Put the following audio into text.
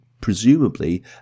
presumably